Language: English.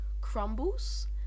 crumbles